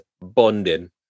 Bonding